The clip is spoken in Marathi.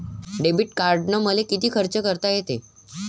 डेबिट कार्डानं मले किती खर्च करता येते?